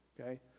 okay